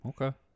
Okay